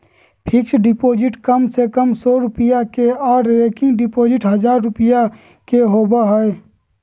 fixed deposit कम से कम सौ रुपया के आर रेकरिंग डिपॉजिट हजार रुपया के होबय हय